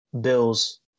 Bills